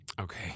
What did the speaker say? Okay